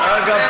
אגב,